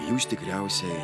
jūs tikriausiai